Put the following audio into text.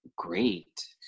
Great